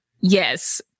yes